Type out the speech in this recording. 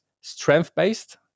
strength-based